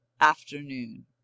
Afternoon